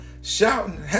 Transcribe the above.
shouting